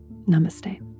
Namaste